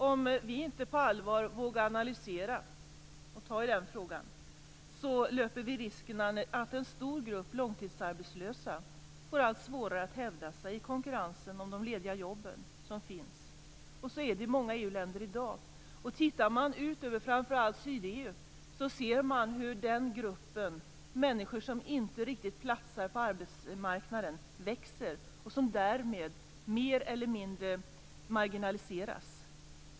Om vi inte på allvar vågar analysera och ta i den frågan löper vi risken att en stor grupp långtidsarbetslösa får allt svårare att hävda sig i konkurrensen om de lediga jobb som finns. Så är det i många EU-länder i dag. Tittar man ut över framför allt södra EU ser man hur den grupp människor som inte riktigt platsar på arbetsmarknaden växer och därmed mer eller mindre marginaliseras.